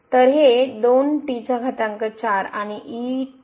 तर हे आणि आहे